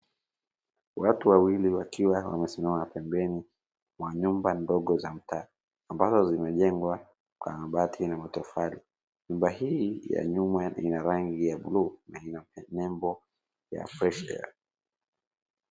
Watu wawili wakiwa wamesimama pembeni mwa nyumba ndogo za mtaa ambazo zimejengwa kwa mabati na matofali. Nyumba hii ya nyuma ina rangi ya buluu na nembo ya fresh air .